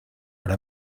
hora